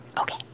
Okay